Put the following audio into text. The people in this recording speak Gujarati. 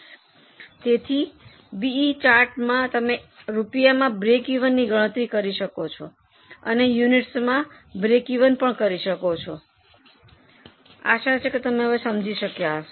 તેથી બીઇ ચાર્ટમાંથી તમે રૂપિયામાં બ્રેકિવનની ગણતરી કરી શકો છો અને યુનિટ્સમાં બ્રેકિવન પણ કરી શકો છો શું તમે સમજી શક્યા છો